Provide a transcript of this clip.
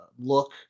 look